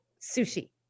sushi